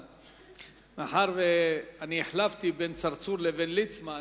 מאחר שאני החלפתי בין צרצור לבין ליצמן,